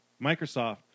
Microsoft